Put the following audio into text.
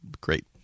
Great